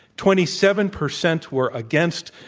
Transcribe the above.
twenty seven percent were against,